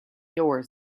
yours